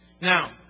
Now